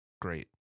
great